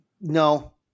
No